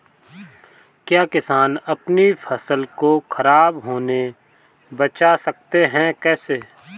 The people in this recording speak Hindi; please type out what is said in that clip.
क्या किसान अपनी फसल को खराब होने बचा सकते हैं कैसे?